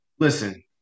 Listen